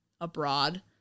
abroad